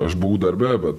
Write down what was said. aš buvau darbe bet